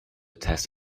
test